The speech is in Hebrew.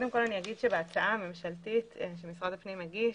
אני אומר שבהצעה הממשלתית שמשרד הפנים הגיש,